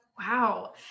Wow